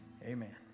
Amen